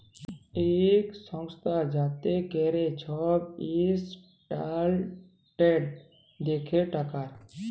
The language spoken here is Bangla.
ইক সংস্থা যাতে ক্যরে ছব ইসট্যালডাড় দ্যাখে টাকার